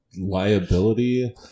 liability